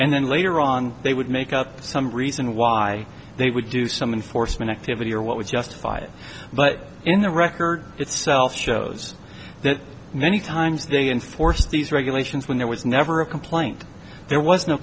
and then later on they would make up some reason why they would do something foresman activity or what would justify it but in the record itself shows that many times they enforce these regulations when there was never a complaint there was no